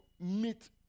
meet